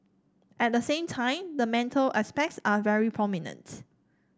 at the same time the mental aspects are very prominent